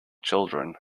children